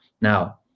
now